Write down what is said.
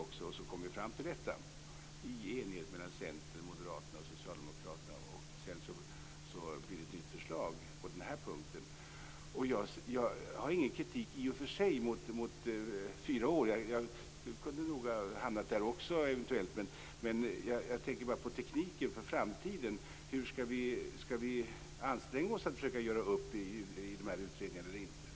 Det uppnåddes ju en enighet mellan centerpartisterna, moderaterna och socialdemokraterna på den här punkten, men sedan kom det ett nytt förslag. Jag har i och för sig ingen kritik mot fyraårsgränsen. Vi kunde nog också ha hamnat där. Men jag tänker på tekniken inför framtiden. Skall vi anstränga oss och försöka att göra upp i dessa utredningar eller inte?